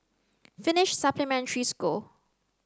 Finnish Supplementary School